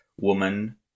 woman